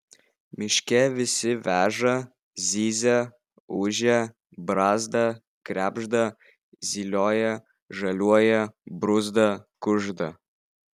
miške visi veža zyzia ūžia brazda krebžda zylioja žaliuoja bruzda kužda